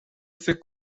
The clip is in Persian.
فکر